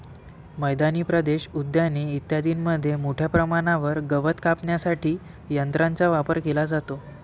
मैदानी प्रदेश, उद्याने इत्यादींमध्ये मोठ्या प्रमाणावर गवत कापण्यासाठी यंत्रांचा वापर केला जातो